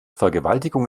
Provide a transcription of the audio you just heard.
vergewaltigung